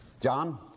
John